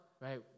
Right